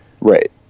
Right